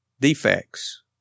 defects